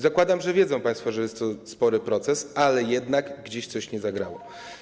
Zakładam, że wiedzą państwo, że jest to długi proces, ale jednak gdzieś coś nie zagrało.